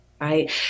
right